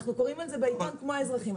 אנחנו קוראים על זה בעיתון כמו כלל האזרחים.